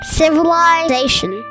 civilization